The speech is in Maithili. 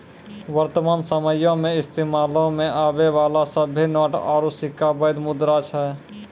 वर्तमान समयो मे इस्तेमालो मे आबै बाला सभ्भे नोट आरू सिक्का बैध मुद्रा छै